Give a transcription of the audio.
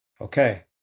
Okay